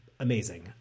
Amazing